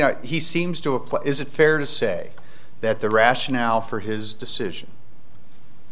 know he seems to apply is it fair to say that the rationale for his decision